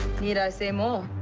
need i say more?